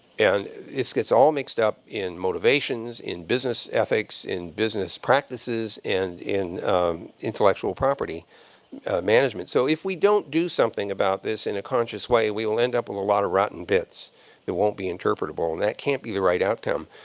and this gets all mixed up in motivations, in business ethics, in business practices, and in intellectual property management. so if we don't do something about this in a conscious way, we will end up with a lot of rotten bits that won't be interpretable. and that can't be the right outcome.